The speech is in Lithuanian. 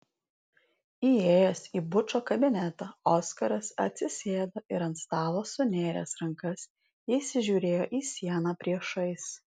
įėjęs į bučo kabinetą oskaras atsisėdo ir ant stalo sunėręs rankas įsižiūrėjo į sieną priešais